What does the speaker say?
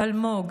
אלמוג,